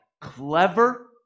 clever